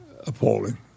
appalling